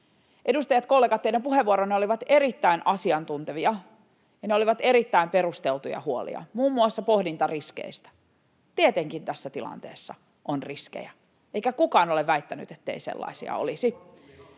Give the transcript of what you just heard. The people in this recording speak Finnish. Edustajat, kollegat, teidän puheenvuoronne olivat erittäin asiantuntevia, ja ne huolet olivat erittäin perusteltuja, muun muassa pohdinta riskeistä. Tietenkin tässä tilanteessa on riskejä, eikä kukaan ole väittänyt, ettei sellaisia olisi.